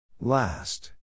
Last